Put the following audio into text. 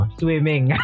swimming